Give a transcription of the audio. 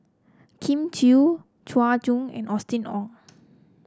Elim Chew Chua Joon and Austen Ong